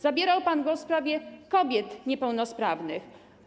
Zabierał pan głos w sprawie kobiet niepełnosprawnych.